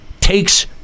takes